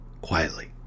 quietly